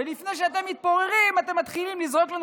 ולפני שאתם מתפוררים אתם מתחילים לזרות לנו